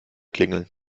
klingeln